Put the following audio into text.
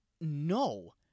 no